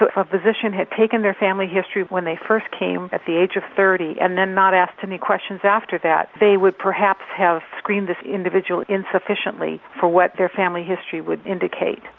but a physician had taken their family history when they first came at the age of thirty and then not asked any questions after that they would perhaps have screened the individual insufficiently for what their family history would indicate.